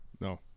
No